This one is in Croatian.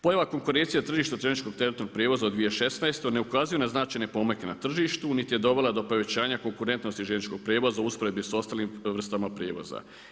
Pojava konkurencije u tržištu željezničkog teretnog prijevoza u 2016. ne ukazuje na značajne pomake na tržištu niti je dovela do povećanja konkurentnosti željezničkog prijevoza u usporedbi s ostalim vrstama prijevoza.